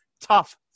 tough